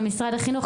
ומשרד החינוך,